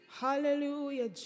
Hallelujah